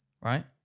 right